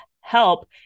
help